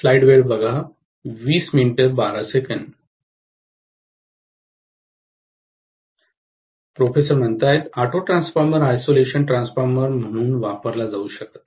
professor auto transformer isolation transformer म्हणून वापरला जाऊ शकत नाही